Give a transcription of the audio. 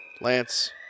Lance